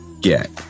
get